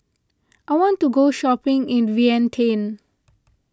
I want to go shopping in Vientiane